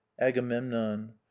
agamemnon